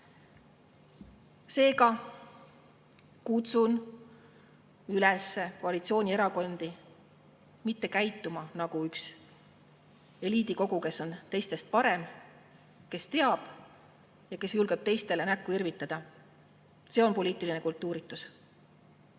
Seega, kutsun üles koalitsioonierakondi mitte käituma nagu üks eliidikogu, kes on teistest parem, kes teab ja kes julgeb teistele näkku irvitada. See on poliitiline kultuuritus.